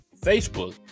Facebook